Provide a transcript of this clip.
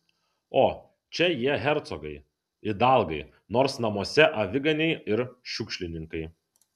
o čia jie hercogai idalgai nors namuose aviganiai ir šiukšlininkai